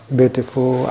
beautiful